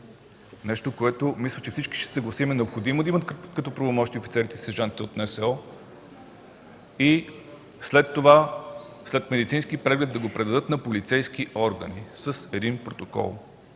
нещо, което, мисля, че всички ще се съгласим, е необходимо да имат като правомощие офицерите и сержантите от НСО – и след медицински преглед да го предадат на полицейски органи с протокол.